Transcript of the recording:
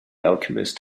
alchemist